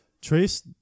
Trace